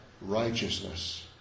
righteousness